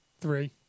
Three